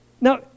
Now